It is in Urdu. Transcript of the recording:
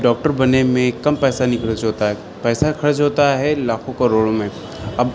ڈاکٹر بننے میں کم پیسہ نہیں خرچ ہوتا ہے پیسہ خرچ ہوتا ہے لاکھو کروڑوں میں اب